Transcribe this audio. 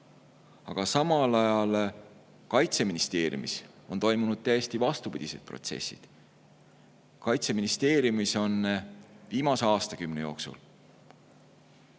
aga samal ajal Kaitseministeeriumis on toimunud täiesti vastupidised protsessid. Kaitseministeeriumis on viimase aastakümne jooksul